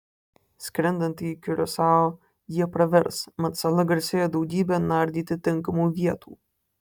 skrendant į kiurasao jie pravers mat sala garsėja daugybe nardyti tinkamų vietų